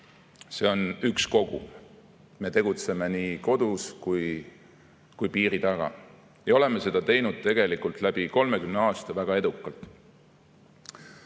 See on üks kogu. Me tegutseme nii kodus kui ka piiri taga. Ja oleme seda teinud tegelikult läbi 30 aasta väga edukalt.